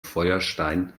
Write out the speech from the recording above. feuerstein